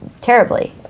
terribly